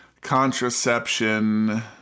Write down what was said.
contraception